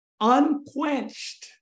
unquenched